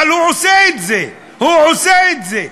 אבל הוא עושה את זה, הוא עושה את זה.